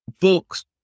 books